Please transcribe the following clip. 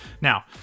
Now